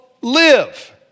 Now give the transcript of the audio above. live